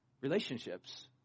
relationships